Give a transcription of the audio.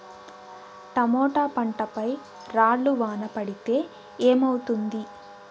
Tomato పంట పై రాళ్లు వాన పడితే ఏమవుతుంది?